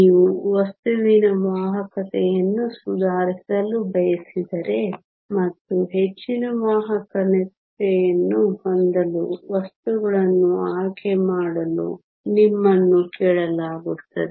ನೀವು ವಸ್ತುವಿನ ವಾಹಕತೆಯನ್ನು ಸುಧಾರಿಸಲು ಬಯಸಿದರೆ ಮತ್ತು ಹೆಚ್ಚಿನ ವಾಹಕತೆಯನ್ನು ಹೊಂದಲು ವಸ್ತುಗಳನ್ನು ಆಯ್ಕೆ ಮಾಡಲು ನಿಮ್ಮನ್ನು ಕೇಳಲಾಗುತ್ತದೆ